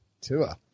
Tua